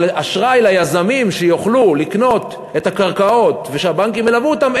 אבל אשראי ליזמים שיוכלו לקנות את הקרקעות ושהבנקים ילוו אותם,